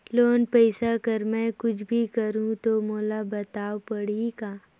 Loan पइसा कर मै कुछ भी करहु तो मोला बताव पड़ही का?